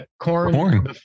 corn